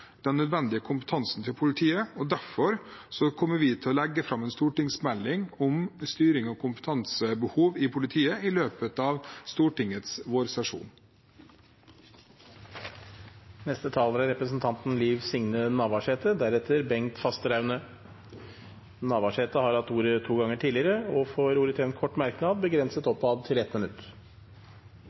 den nødvendige kompetansen til politiet. Derfor kommer vi til å legge fram en stortingsmelding om kapasitets- og kompetansebehov i politiet i løpet av Stortingets vårsesjon. Representanten Liv Signe Navarsete har hatt ordet to ganger tidligere og får ordet til en kort merknad, begrenset til 1 minutt.